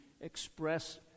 express